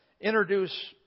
introduce